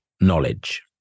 knowledge